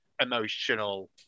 emotional